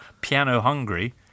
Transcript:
piano-hungry